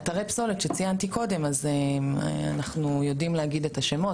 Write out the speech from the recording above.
אתרי פסולת שציינתי קודם אנחנו יודעים להגיד את השמות,